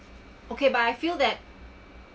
okay but I feel that